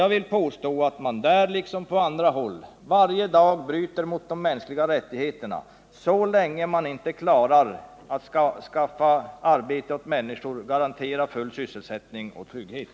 Jag vill påstå att man där, liksom på andra håll, varje dag bryter mot Torsdagen den reglerna om de mänskliga rättigheterna — så länge man inte klarar att skapa — 10 maj 1979 arbete åt människor, att garantera full sysselsättning och trygghet.